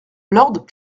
lord